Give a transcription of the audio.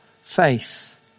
faith